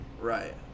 right